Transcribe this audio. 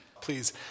Please